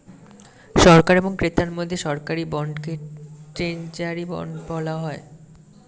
সরকার এবং ক্রেতার মধ্যে সরকারি বন্ডকে ট্রেজারি বন্ডও বলা হয়